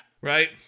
right